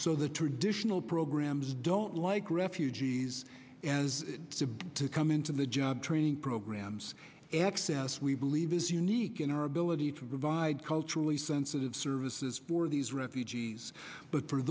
so the traditional programs don't like refugees as to to come into the job training programs access we believe is unique in our ability to provide culturally sensitive services for these refugees but for